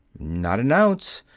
not an ounce.